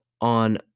on